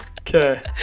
Okay